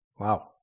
Wow